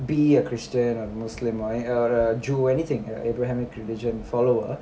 be a christian or muslim or an~ oth~ jew anything a ju- anything like abrahamic religion follower